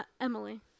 Emily